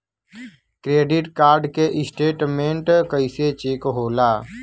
Credit card के statement कइसे check होला?